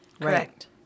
Correct